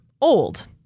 old